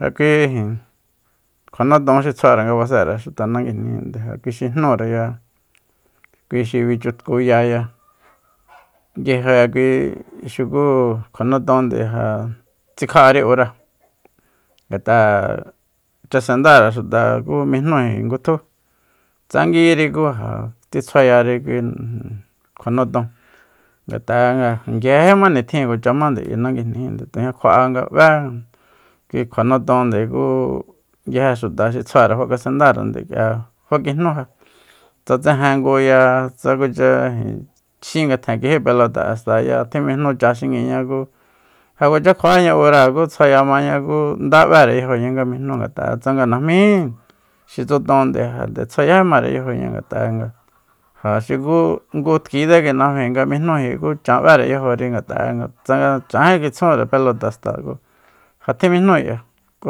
Ja kui ijin kjua nuton xi tsjuare nga basere xuta nanguijninde ja kui xi jnúreya kui xi bichutkuyaya nguije kui xuku kjua nutonde ja tsikja'ari ura ngat'a chasendare xuta ku mijnúji ngutju tsa nguiri ku ja tsitsjuayari kui kjua noton ngat'a ja nguijejíma nitjin kuacha mande ayi nanguijnijin tujña nga kjua'á nga b'é kui kjua notonde ku nguije xuta xi tsjuare fakasendarende ku fa kijnú tsa tsejenguya tsa kucha ijin xin ngatjen kijí pelote'e xtaya tjinmijnucha xinguíiñá ku ja kuacha kjua'aña uráa ku tsjuaya maña ku nda b'ére yajoña nga mijnú ngat'a'e tsanga najmíji xi tsoton nde tsjuayají mare yajoña ngat'a'e nga ja xuku ngu tkitse kui najmíi nga mijnúji ku chan b'ére yajori ngata'e nga tsanga chanjí kitsunre pelota xta ku ja tjimijnúe k'ia ku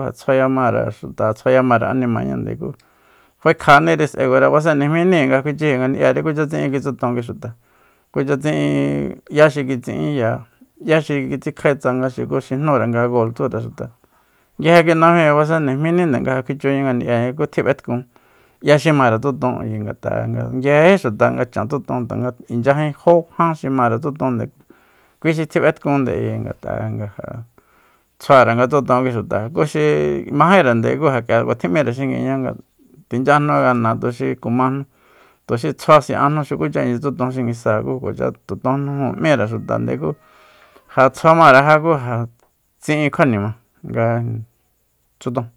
ja tsjuaya mare xuta tsjuaya mare animañande ku faekjaniri s'ae kure basenejmíni nga kjuichiji ngani'yari kucha tsi'in kitsoton kui xuta kucha tsi'in 'ya xi kitsi'inya 'ya xi kitsikjae tsanga xukuxi jnúre nga gol tsure xuta nguije kui najmíi basenenjmininde nga ja kjuichuña ngani'yaña ku tjib'etkun 'ya xi mare tsuton ayi ngat'a nga nguijejí xuta nga chan tsuton tanga inchyajin jo jan xi mare tsutonde kui xi tjib'etkunde ayinde ngat'a'e nga ja tsjuare nga tsuton kui xuta ku xi majére ku ja k'ia kua tjim'íre xinguiña nga tinchyajnu gana tuxi kujnu tuxi tsjua si'ajnu xukucha inchya tsuton xinguisáa ku kuacha tutonjnu jún míre xutande ku ja tsjua mare ja ku ja tsi'in kjuanima nga tsuton